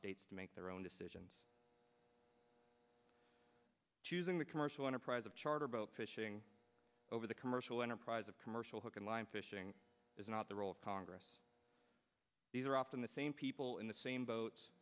states to make their own decisions choosing the commercial enterprise of charter boat fishing over the commercial enterprise of commercial hook and line fishing is not the role of congress these are often the same people in the same boat